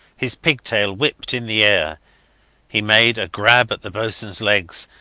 his pigtail whipped in the air he made a grab at the boatswains legs,